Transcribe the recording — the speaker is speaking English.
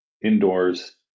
indoors